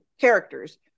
characters